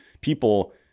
people